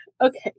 Okay